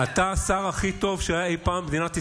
אתה השר הכי טוב שהיה אי פעם במדינת ישראל,